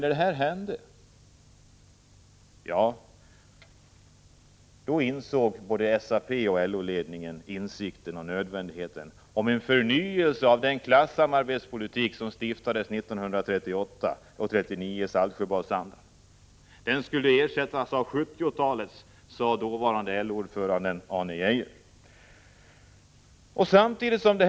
I samband med detta uppkom hos LO och SAP-ledningarna insikten om nödvändigheten av en förnyelse av klassamarbetspolitiken. 1938 års Saltsjöbadsanda måste ersättas med 1970-talets, sade dåvarande LO-ordföranden Arne Geijer.